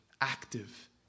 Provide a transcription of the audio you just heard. active